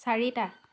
চাৰিটা